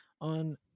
on